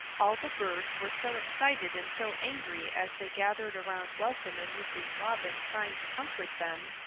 all the birds were so excited and so angry, as they gathered around welcome and mrs. robin trying to comfort them,